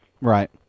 Right